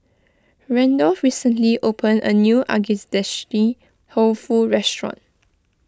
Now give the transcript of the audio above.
Randolf recently opened a new Dofu restaurant